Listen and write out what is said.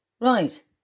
Right